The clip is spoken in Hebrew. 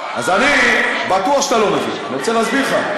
אז אני בטוח שאתה לא מבין, ואני רוצה להסביר לך.